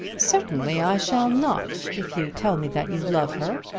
certainly i shall not if you tell me that you love her.